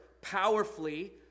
powerfully